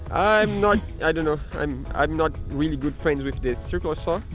i'm not. i don't know i'm i'm not really good friend with this circular saw.